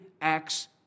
acts